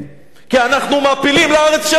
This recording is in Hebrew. כי אנחנו מעפילים לארץ שלנו,